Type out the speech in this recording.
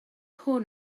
hwn